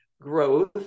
growth